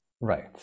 Right